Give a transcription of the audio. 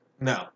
No